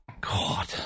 god